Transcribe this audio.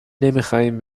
نمیخواهیم